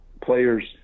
players